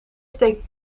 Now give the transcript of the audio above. steek